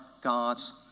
God's